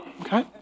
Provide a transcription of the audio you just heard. okay